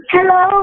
Hello